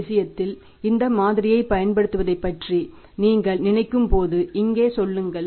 இந்த விஷயத்தில் இந்த மாதிரியைப் பயன்படுத்துவதைப் பற்றி நீங்கள் நினைக்கும் போது இங்கே சொல்லுங்கள்